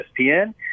ESPN